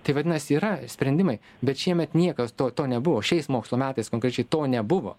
tai vadinasi yra sprendimai bet šiemet niekas to to nebuvo šiais mokslo metais konkrečiai to nebuvo